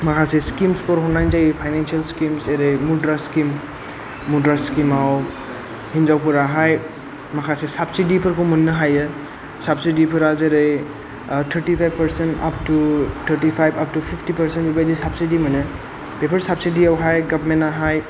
माखासे स्किम्सफोर हरनाय जायो फायनेन्सियेल स्किम्स जेरै मुद्रा स्किम मुद्रा स्किमाव हिनजावफोराहाय माखासे साबसिडिफोरखौ मोननो हायो साबसिडिफोरा जेरै thirty five percent up to thirty five up to fifty percent बेबादि साबसिडि मोनो बेफोर साबसिडियावहाय गभर्नमेन्टआहाय